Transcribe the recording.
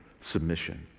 submission